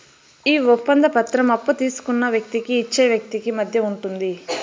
ఈ ఒప్పంద పత్రం అప్పు తీసుకున్న వ్యక్తికి ఇచ్చే వ్యక్తికి మధ్య ఉంటుంది